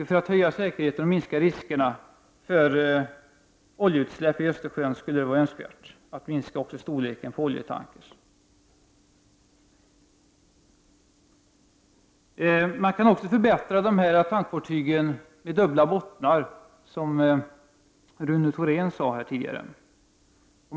För att öka säkerheten och minska riskerna för oljeutsläpp i Östersjön skulle det vara önskvärt att minska storleken på oljetankers. Man kan också förbättra tankfartygen med dubbla bottnar, som Rune Thorén sade här tidigare.